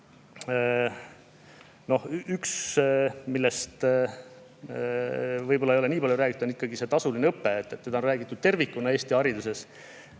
Üks, millest võib-olla ei ole nii palju räägitud, on tasuline õpe. Sellest on räägitud tervikuna Eesti hariduses.